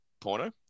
porno